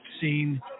seen